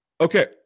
Okay